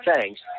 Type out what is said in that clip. thanks